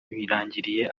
birangiriye